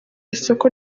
isoko